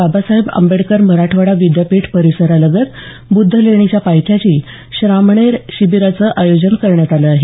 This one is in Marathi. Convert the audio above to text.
बाबासाहेब आंबेडकर मराठवाडा विद्यापीठ परिसरालगत बुद्धलेणीच्या पायथ्याशी श्रामणेर शिबीराचं आयोजन करण्यात आलं आहे